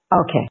Okay